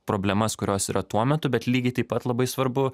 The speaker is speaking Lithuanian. problemas kurios yra tuo metu bet lygiai taip pat labai svarbu